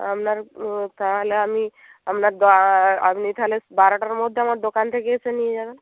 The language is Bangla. আপনার কাল আমি আপনার আপনি তাহলে বারোটার মধ্যে আমার দোকান থেকে এসে নিয়ে যাবেন